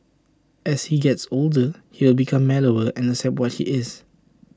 as he gets older he will become mellower and accept what he is